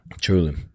Truly